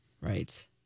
right